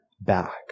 back